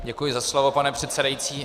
Děkuji za slovo, pane předsedající.